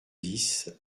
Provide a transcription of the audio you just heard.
dix